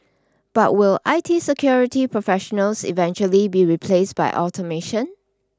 but will I T security professionals eventually be replaced by automation